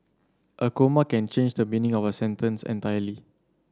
a comma can change the meaning of a sentence entirely